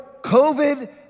COVID